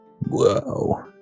Whoa